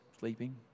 sleeping